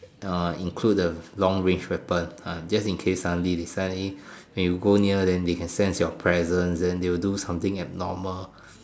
uh include the long wave weapon ah just in case suddenly suddenly when you go near then they can sense your presence then they will do something abnormal